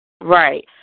Right